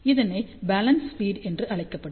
இதனை balance feed என்று அழைக்கப்படும்